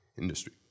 industry